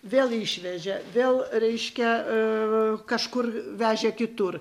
vėl išvežė vėl reiškia a kažkur vežė kitur